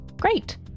Great